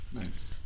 Nice